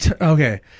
okay